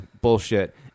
Bullshit